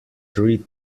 three